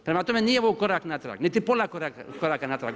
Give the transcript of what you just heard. Prema tome, nije ovo korak natrag, niti pola koraka natrag.